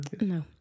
No